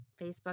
Facebook